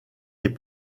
est